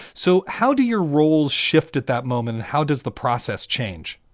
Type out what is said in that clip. so how do your roles shift at that moment? how does the process change?